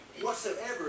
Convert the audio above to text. whatsoever